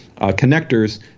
connectors